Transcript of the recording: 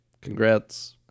Congrats